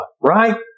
right